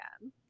again